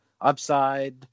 upside